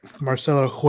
Marcelo